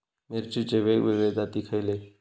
मिरचीचे वेगवेगळे जाती खयले?